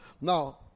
Now